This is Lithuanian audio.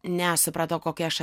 ne aš supratau kokia aš